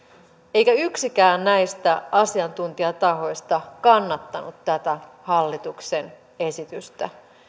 eikä yksikään näistä asiantuntijatahoista kannattanut tätä hallituksen esitystä